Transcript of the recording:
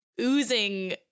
oozing